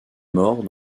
morts